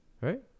right